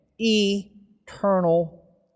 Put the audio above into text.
eternal